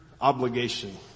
obligation